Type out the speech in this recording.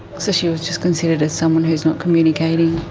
so she was just considered as someone who is not communicating.